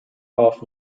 half